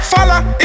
Follow